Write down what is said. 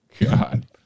God